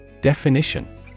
Definition